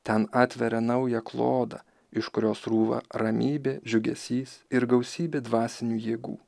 ten atveria naują klodą iš kurio srūva ramybė džiugesys ir gausybė dvasinių jėgų